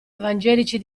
evangelici